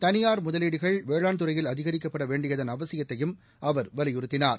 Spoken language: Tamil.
தளியார் முதலீடுகள் வேளாண் துறையில் அதிகரிக்கப்பட வேண்டியதள் அவசியத்தையும் அவர் வலியுறுத்தினார்